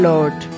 Lord